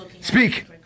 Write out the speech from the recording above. Speak